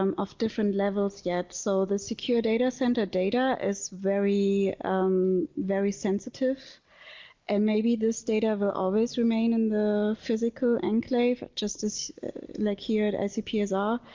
um of different levels yet so the secure data center data is very very sensitive and maybe this data will ah always remain in the physical and clave just as like here at icpsr